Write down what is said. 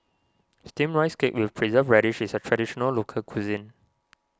Steamed Rice Cake with Preserved Radish is a Traditional Local Cuisine